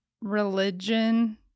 religion